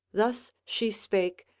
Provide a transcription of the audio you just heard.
thus she spake,